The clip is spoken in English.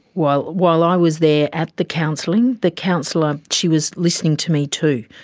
while while i was there at the counselling, the counsellor, she was listening to me too,